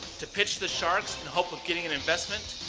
to pitch the sharks in hope of getting an investment,